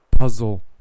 Puzzle